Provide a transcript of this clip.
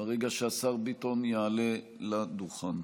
ברגע שהשר ביטון יעלה לדוכן.